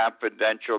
confidential